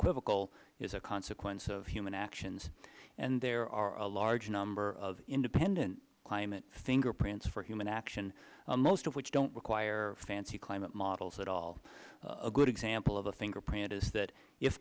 unequivocal is a consequence of human actions and there are a large number of independent climate fingerprints for human action most of which don't require fancy climate models at all a good example of a fingerprint is that if